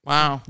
Wow